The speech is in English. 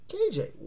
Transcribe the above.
KJ